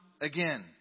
again